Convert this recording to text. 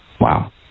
wow